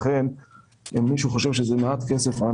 לכן אם מישהו חושב שזה מעט כסף,